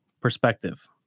perspective